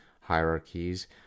hierarchies